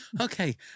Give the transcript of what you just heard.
okay